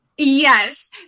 Yes